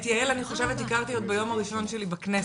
את יעל אני חושבת שהכרתי ביום הראשון שלי כאן בכנסת.